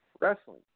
wrestling